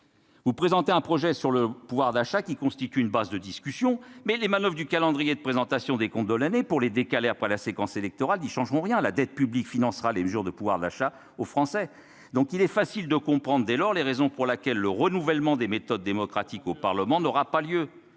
vous présenter un projet sur le pouvoir d'achat qui constitue une base de discussion mais les manoeuvres du calendrier de présentation des comptes Dolan et pour les décalé après la séquence électorale n'y changeront rien à la dette publique financera les mesures de pouvoir d'achat aux Français, donc il est facile de comprendre dès lors les raisons pour laquelle le renouvellement des méthodes démocratiques au Parlement n'aura pas lieu